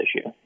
issue